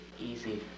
Easy